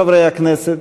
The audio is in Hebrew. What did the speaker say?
חברי הכנסת,